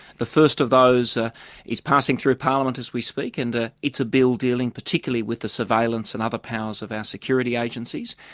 the first of those ah is passing through parliament as we speak and it's a bill dealing particularly with the surveillance and other powers of our security agencies.